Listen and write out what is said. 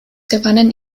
gewannen